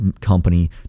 Company